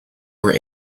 were